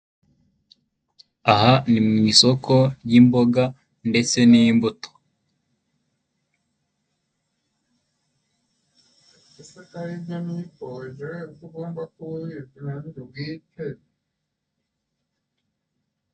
Aha ni mu isoko ry'imboga ndetse n'imbuto. Nonese ko ari ibyo nipoje ko ugomba kuba ubizi na nyiri ubwite!